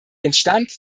entstand